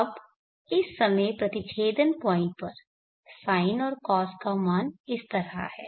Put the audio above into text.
अब इस समय प्रतिच्छेदन पॉइंट पर साइन और कॉस का मान इस तरह हैं